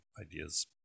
ideas